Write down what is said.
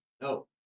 no